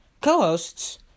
co-hosts